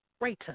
greater